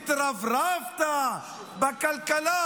התרברבת בכלכלה,